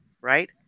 right